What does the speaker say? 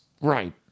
right